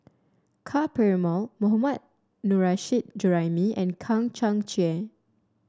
Ka Perumal Mohammad Nurrasyid Juraimi and Kang Chang Chieh